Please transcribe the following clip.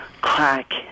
crack